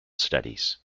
studies